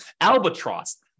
Albatross